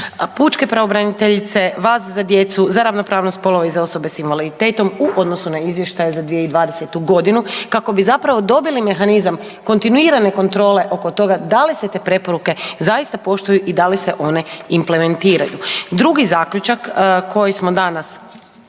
pučke pravobraniteljice, vas za djecu, za ravnopravnost spolova i za osobe s invaliditetom u odnosu na izvještaje za 2020.g. kako bi dobili mehanizam kontinuirane kontrole oko toga da li se te preporuke zaista poštuju i da li se one implementiraju. Drugi zaključak koji smo danas